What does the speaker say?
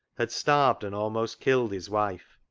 had starved and almost killed his wife,